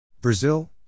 Brazil